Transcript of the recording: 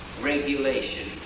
regulation